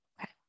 Okay